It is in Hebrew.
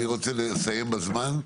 בסדר גמור.